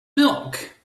milk